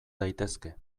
daitezke